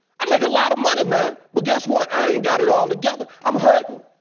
i make a lot of money, man, but guess what? i ain't got it all together, i'm hurtin',